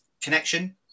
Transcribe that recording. connection